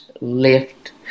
left